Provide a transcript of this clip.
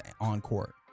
on-court